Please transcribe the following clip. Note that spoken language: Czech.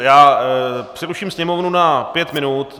Já přeruším sněmovnu na pět minut.